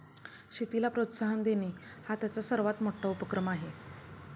शेतीला प्रोत्साहन देणे हा त्यांचा सर्वात मोठा उपक्रम आहे